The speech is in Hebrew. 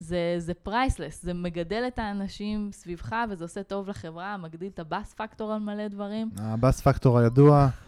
זה פרייסלס, זה מגדל את האנשים סביבך וזה עושה טוב לחברה, מגדיל את הבאס פקטור על מלא דברים. הבאס פקטור הידוע.